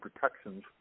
protections